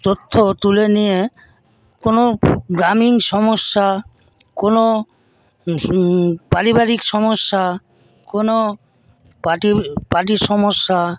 তথ্য তুলে নিয়ে কোনো গ্রামীণ সমস্যা কোনো পারিবারিক সমস্যা কোনো পার্টি পার্টির সমস্যা